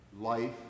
Life